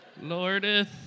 Lordeth